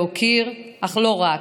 להוקיר, ולא רק,